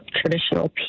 traditional